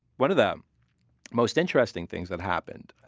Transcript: one of the most interesting things that happened